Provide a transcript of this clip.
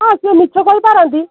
ହଁ ସିଏ ମିଛ କହି ପାରନ୍ତି